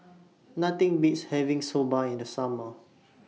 Nothing Beats having Soba in The Summer